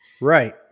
Right